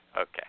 Okay